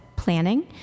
planning